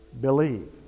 believe